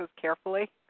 carefully